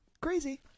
crazy